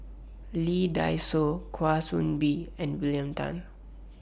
Lee Dai Soh Kwa Soon Bee and William Tan